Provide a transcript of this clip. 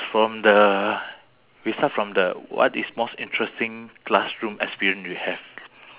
science with the skeleton skeleton exploring